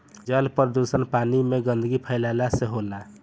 जल प्रदुषण पानी में गन्दगी फैलावला से होला